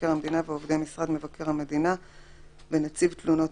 מבקר המדינה ועובדי משרד מבקר המדינה ונציב תלונות